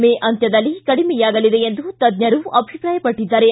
ಮೇ ಅಂತ್ಯದಲ್ಲಿ ಕಡಿಮೆಯಾಗಲಿದೆ ಎಂದು ತಜ್ವರು ಅಭಿಪ್ರಾಯಪಟ್ಟದ್ದಾರೆ